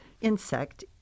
insect